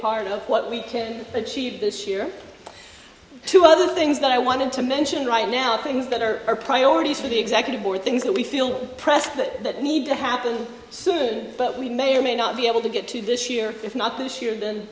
part of what we can achieve this year two other things that i wanted to mention right now things that are our priorities for the executive board things that we feel pressed that need to happen soon but we may or may not be able to get to this year if not this year then